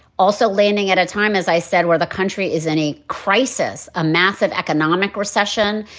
also landing at a time, as i said, where the country is in a crisis, a massive economic recession.